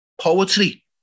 Poetry